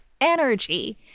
energy